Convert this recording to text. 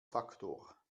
faktor